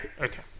okay